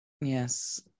Yes